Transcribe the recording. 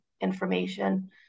information